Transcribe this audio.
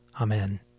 Amen